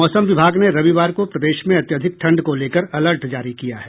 मौसम विभाग ने रविवार को प्रदेश में अत्यधिक ठंड को लेकर अलर्ट जारी किया है